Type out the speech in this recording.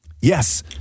Yes